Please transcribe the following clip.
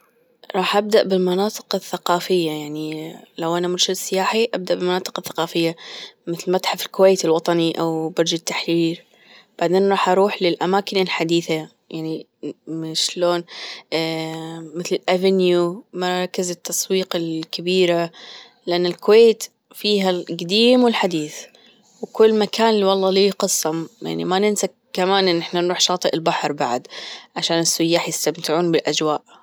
راح أبدأ بالمناطق الثقافية يعني لو أنا مرشد سياحي أبدأ بالمناطق الثقافية مثل متحف الكويت الوطني أو برج التحرير بعدين راح أروح للأماكن الحديثة يعني مش لون مثل الافينيو مركز التسويق الكبيرة لأن الكويت فيها الجديم والحديث وكل مكان والله له قصة يعني ما ننسى كمان إن إحنا نروح شاطئ البحر بعد عشان السياح يستمتعون بالأجواء.